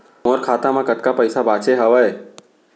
मोर खाता मा कतका पइसा बांचे हवय?